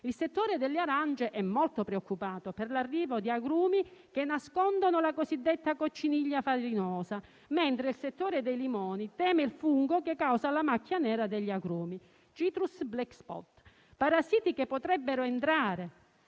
Il settore delle arance è molto preoccupato per l'arrivo di agrumi che nascondono la cosiddetta cocciniglia farinosa, mentre il settore dei limoni teme il fungo che causa la macchia nera degli agrumi, il *citrus black spot*: tali parassiti potrebbero entrare